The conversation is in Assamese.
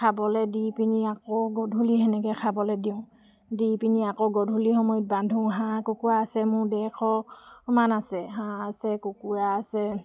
খাবলে দি পিনে আকৌ গধূলি সেনেকৈ খাবলৈ দিওঁ দি পিনে আকৌ গধূলি সময়ত বান্ধো হাঁহ কুকুৰা আছে মোৰ ডেৰশমান আছে হাঁহ আছে কুকুৰা আছে